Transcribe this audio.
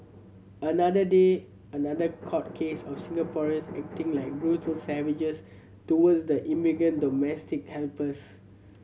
another day another court case of Singaporeans acting like brutal savages towards the immigrant domestic helpers